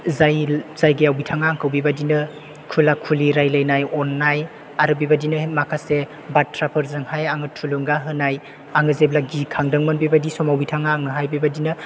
जाय जायगायाव बिथाङा आंखौ बेबायदिनो खुला खुलि रायज्लायनाय अननाय आरो बेबायदिनो माखासे बाथ्राफोरजोंहाय आङो थुलुंगा होनाय आं जेब्ला गिखांदोंमोन बेबायदि समाव बिथाङा आंनोहाय बेबायदिनो